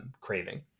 Craving